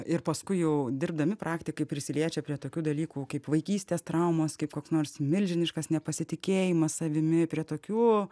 ir paskui jau dirbdami praktikai prisiliečia prie tokių dalykų kaip vaikystės traumos kaip koks nors milžiniškas nepasitikėjimas savimi prie tokių